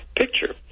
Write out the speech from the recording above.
picture